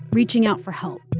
reaching out for help.